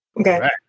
Okay